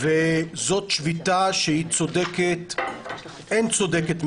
זאת שביתה שאין צודקת ממנה.